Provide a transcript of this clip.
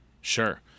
Sure